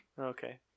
Okay